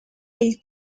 del